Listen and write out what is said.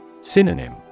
Synonym